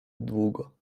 długo